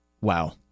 Wow